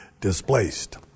displaced